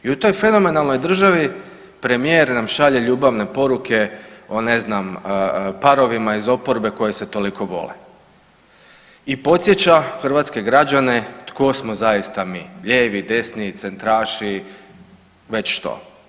I u toj fenomenalnoj državi premijer nam šalje ljubavne poruke o ne znam parovima iz oporbe koji se toliko vole i podsjeća hrvatske građane tko smo zaista mi, lijevi, desni i centraši već što.